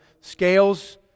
scales